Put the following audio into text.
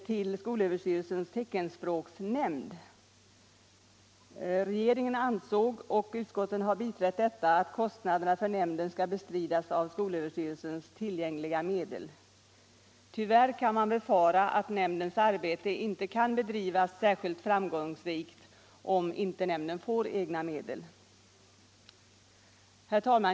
till skolöverstyrelsens teckenspråknämnd. Regeringen ansåg — och utskottet har biträtt detta —- att kostnaderna för nämnden skall bestridas av skolöverstyrelsens tillgängliga medel. Tyvärr kan man befara att nämndens arbete inte kan bedrivas särskilt framgångsrikt om nämnden inte får egna medel. Herr talman!